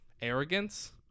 arrogance